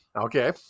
Okay